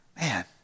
Man